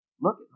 look